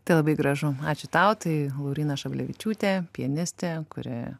tai labai gražu ačiū tau tai lauryna šablevičiūtė pianistė kuri